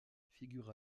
figurent